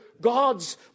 God's